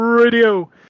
radio